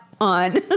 on